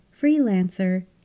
freelancer